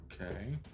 Okay